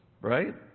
right